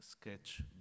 sketch